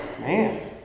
man